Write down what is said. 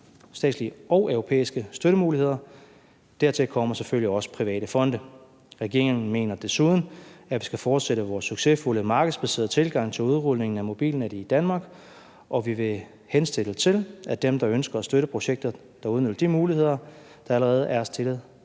statslige og europæiske støttemuligheder. Dertil kommer selvfølgelig også private fonde. Regeringen mener desuden, at vi skal fortsætte vores succesfulde markedsbaserede tilgang til udrulning af mobilnettet i Danmark, og vi vil henstille til, at dem, der ønsker at støtte projektet, udnytter de muligheder, der allerede er stillet